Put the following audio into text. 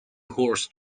horse